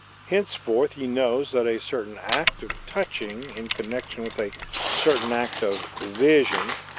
henceforth he knows that a certain act of touching in connection with a certain act of vision